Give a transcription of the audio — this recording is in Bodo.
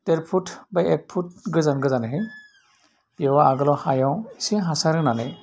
देर फुत बा एक फुत गोजान गोजानै बेयाव आगोलाव हायाव एसे हासार होनानै